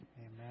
Amen